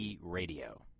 Radio